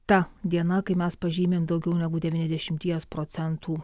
ta diena kai mes pažymim daugiau negu devyniasdešimties procentų